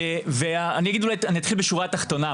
אני אתחיל בשורה התחתונה.